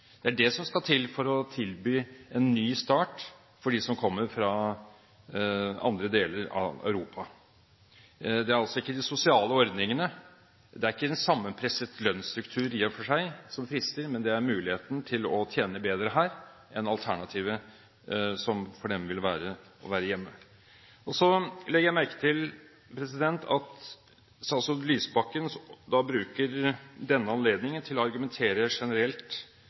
Det er det som skal til for å tilby en ny start for dem som kommer fra andre deler av Europa. Det er altså ikke de sosiale ordningene, det er ikke en sammenpresset lønnsstruktur i og for seg som frister, men det er muligheten til å tjene bedre her enn alternativet, som for dem vil være å være hjemme. Så legger jeg merke til at statsråd Lysbakken bruker denne anledningen til å argumentere generelt